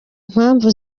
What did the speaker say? mpamvu